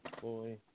Boy